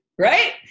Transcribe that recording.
Right